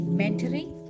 mentoring